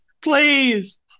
Please